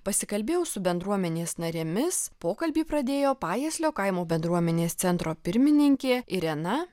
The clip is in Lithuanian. pasikalbėjau su bendruomenės narėmis pokalbį pradėjo pajieslio kaimo bendruomenės centro pirmininkė irena